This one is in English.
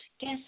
guess